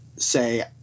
say